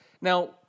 Now